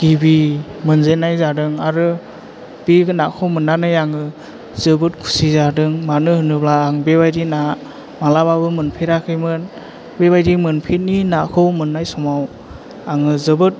गिबि मोनजेन्नाय जादों आरो बे नाखौ मोननानै आङो जोबोद खुसि जादों मानो होनोब्ला आं बेबाइदि ना मालाबाबो मोनफेराखैमोन बेबायदि मोनफेरि नाखौ मोननाय समाव आङो जोबोद